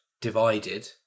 divided